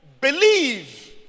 believe